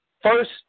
First